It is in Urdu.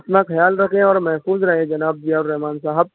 اپنا خیال رکھیں اور محفوظ رہیں جناب ضیاءالرحمٰن صاحب